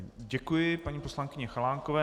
Děkuji paní poslankyni Chalánkové.